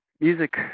music